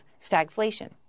stagflation